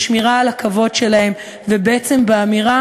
בשמירה על הכבוד שלהם ובעצם באמירה